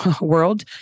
world